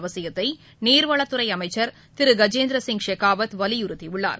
அவசியத்தை நீர்வளத்துறை அமைச்சர் திரு கஜேந்திர சிங் ஷெகாவத் வலியுறுத்தியுள்ளார்